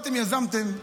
באתם, יזמתם,